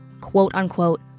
quote-unquote